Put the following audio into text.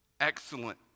excellent